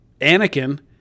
Anakin